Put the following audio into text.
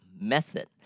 method